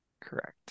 Correct